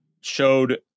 showed